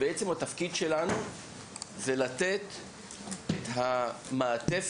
בעצם התפקיד שלנו זה לתת את המעטפת,